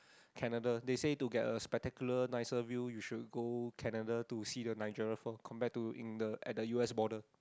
Canada they say to get a spectacular nicer view you should go Canada to see the niagara Fall compared to in the at the u_s border